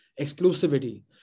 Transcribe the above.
Exclusivity